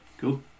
Cool